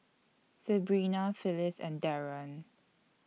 Sebrina Phyliss and Darrion